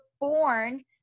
born